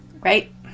Right